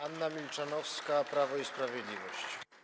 Anna Milczanowska, Prawo i Sprawiedliwość.